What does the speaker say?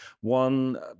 One